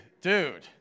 dude